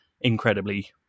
incredibly